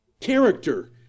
Character